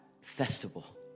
festival